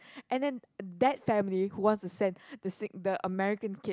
and then that family who wants to send the sing~ the American kid